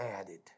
added